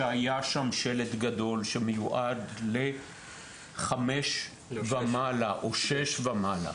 כשהיה שם שלט גדול שאומר שהוא מיועד לגילאי חמש או שש ומעלה.